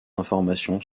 informations